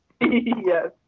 Yes